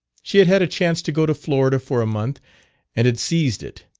she had had a chance to go to florida for a month and had seized it.